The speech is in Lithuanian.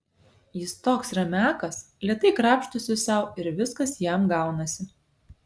jis toks ramiakas lėtai krapštosi sau ir viskas jam gaunasi